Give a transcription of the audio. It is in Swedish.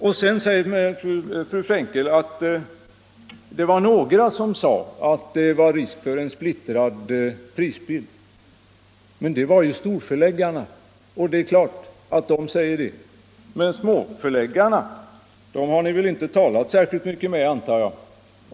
Vidare anför fru Frenkel att några har sagt att det fanns risk för en splittrad prisbildning. Men det var storförläggarna som gjorde det och det är klart att de säger så. Men småförläggarna har ni väl inte talat särskilt mycket med, antar jag.